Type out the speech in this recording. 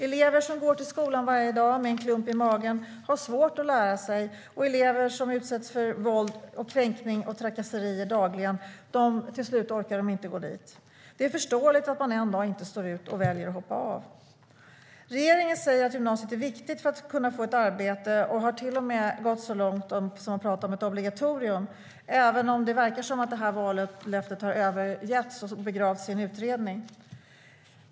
Elever som går till skolan varje dag med en klump i magen har svårt att lära sig, och elever som utsätts för våld, kränkningar och trakasserier dagligen orkar till slut inte gå dit. Det är förståeligt att man en dag inte står ut utan väljer att hoppa av. Regeringen säger att gymnasiet är viktigt för att kunna få ett arbete och har till och med gått så långt som att prata om ett obligatorium, även om det verkar som att detta vallöfte övergetts och begravts i en utredning.